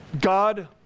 God